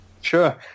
Sure